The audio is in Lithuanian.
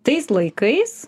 tais laikais